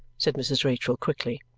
said mrs. rachael quickly.